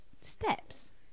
Steps